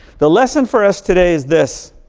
the lesson for us today is this,